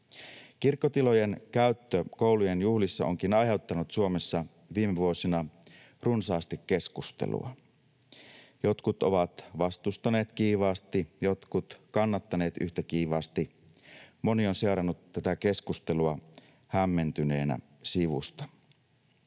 Kirkkotilojen käyttö koulujen juhlissa onkin aiheuttanut Suomessa viime vuosina runsaasti keskustelua. Jotkut ovat vastustaneet kiivaasti, jotkut kannattaneet yhtä kiivaasti. Moni on seurannut tätä keskustelua hämmentyneenä sivusta.